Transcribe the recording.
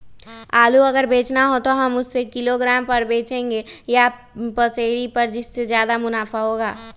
आलू अगर बेचना हो तो हम उससे किलोग्राम पर बचेंगे या पसेरी पर जिससे ज्यादा मुनाफा होगा?